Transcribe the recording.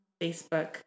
Facebook